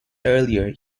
earlier